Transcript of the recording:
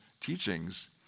teachings